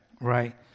right